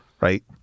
right